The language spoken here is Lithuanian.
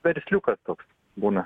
versliukas toks būna